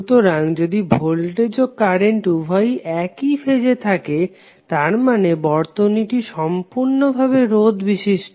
সুতরাং যদি ভোল্টেজ ও কারেন্ট উভয়েই একই ফেজে তার মানে বর্তনীটি সম্পূর্ণভাবে রোধ বিশিষ্ট